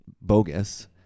bogus